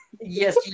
Yes